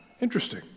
Interesting